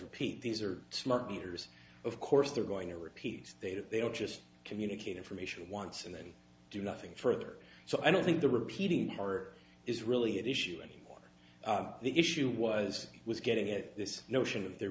repeat these are smart meters of course they're going to repeat data they are just communicate information once and then do nothing further so i don't think the repeating her is really an issue anymore the issue was was getting it this notion of there